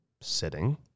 sitting